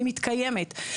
היא מתקיימת.